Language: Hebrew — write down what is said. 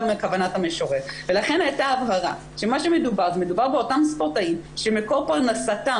כוונת המשורר ולכן הייתה הבהרה שמדובר באותם ספורטאים שמקור פרנסתם